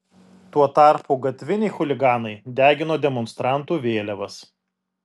tuo tarpu gatviniai chuliganai degino demonstrantų vėliavas